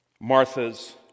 Martha's